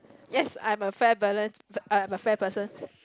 yes I am a fair balance I am a fair person